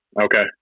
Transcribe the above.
okay